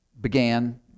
began